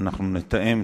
נתאם,